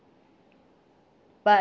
but